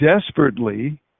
desperately